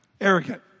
arrogant